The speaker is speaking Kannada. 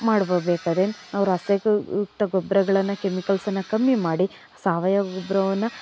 ಮಾಡ್ಬೋದು ಬೇಕಾದ್ರೆ ನಾವು ರಾಸಾಕಯುಕ್ತ ಗೊಬ್ಬರಗಳನ್ನ ಕೆಮಿಕಲ್ಸನ್ನ ಕಮ್ಮಿ ಮಾಡಿ ಸಾವಯವ ಗೊಬ್ಬರವನ್ನ